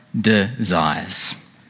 desires